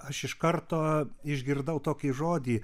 aš iš karto išgirdau tokį žodį